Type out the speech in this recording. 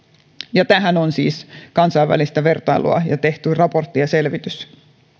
ja tästä on siis kansainvälistä vertailua ja on tehty raportti ja selvitys